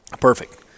Perfect